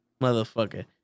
Motherfucker